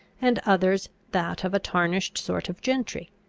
and others that of a tarnished sort of gentry.